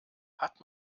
hat